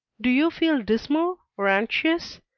do you feel dismal, or anxious?